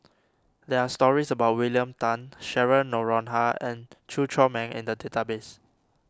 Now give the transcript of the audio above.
there are stories about William Tan Cheryl Noronha and Chew Chor Meng in the database